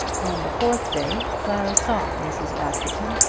on the fourth day clara saw mrs. askerton,